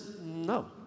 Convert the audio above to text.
no